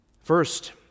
First